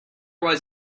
was